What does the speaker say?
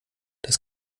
das